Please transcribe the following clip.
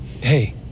Hey